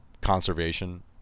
conservation